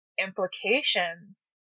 implications